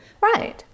Right